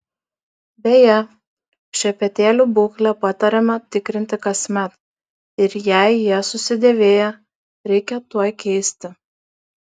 beje šepetėlių būklę patariama tikrinti kasmet ir jei jie susidėvėję reikia tuoj keisti